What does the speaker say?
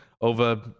over